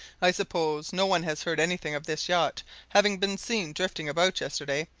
i suppose no one has heard anything of this yacht having been seen drifting about yesterday,